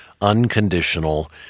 unconditional